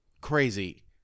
crazy